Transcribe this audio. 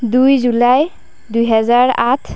দুই জুলাই দুই হাজাৰ আঠ